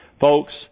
Folks